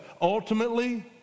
Ultimately